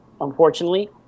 unfortunately